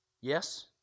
Yes